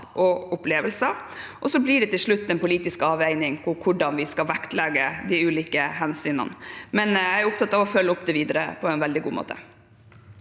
og opplevelser. Så blir det til slutt en politisk avveining hvordan vi skal vektlegge de ulike hensynene. Jeg er opptatt av å følge det opp videre på en veldig god måte.